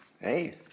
Hey